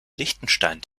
liechtenstein